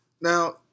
Now